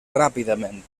ràpidament